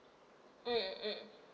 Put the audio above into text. mm mm